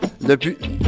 Depuis